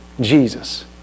Jesus